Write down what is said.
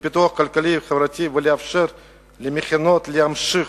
לפיתוח כלכלי וחברתי ולאפשר למכינות להמשיך